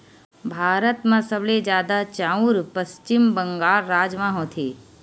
भारत म सबले जादा चाँउर पस्चिम बंगाल राज म होथे